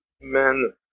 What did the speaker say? men